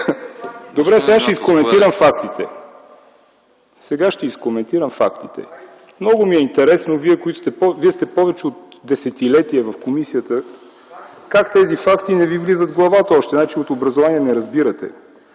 Добре, сега ще коментирам фактите. Много ми е интересно, Вие сте повече от десетилетие в комисията, как тези факти не Ви влизат в главата още? Значи, от образование не разбирате!